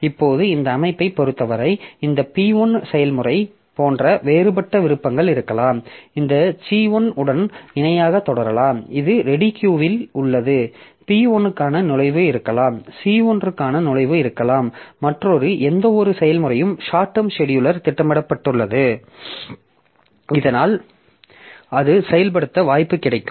இப்போது இந்த அமைப்பைப் பொருத்தவரை இந்த P1 செயல்முறை போன்ற வேறுபட்ட விருப்பங்கள் இருக்கலாம் இது C1 உடன் இணையாகத் தொடரலாம் இது ரெடி கியூ இல் உள்ளது P1 க்கான நுழைவு இருக்கலாம் C1க்கான நுழைவு இருக்கலாம் மற்றும் எந்தவொரு செயல்முறையும் ஷார்ட் டெர்ம் செடியூலர் திட்டமிடப்பட்டுள்ளது இதனால் அது செயல்படுத்த வாய்ப்பு கிடைக்கும்